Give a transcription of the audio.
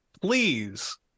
please